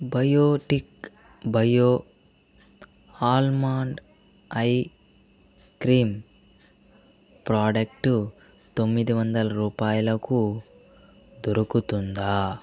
Biotique bio almond eye cream product తొమ్మిది వందల రూపాయలకు దొరుకుతుందా